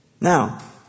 Now